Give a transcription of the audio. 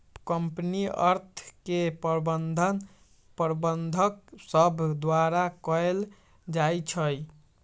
company अर्थ के प्रबंधन प्रबंधक सभ द्वारा कएल जाइ छइ